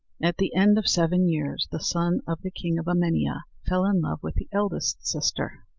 at the end of seven years the son of the king of emania fell in love with the eldest sister.